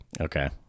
Okay